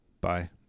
Bye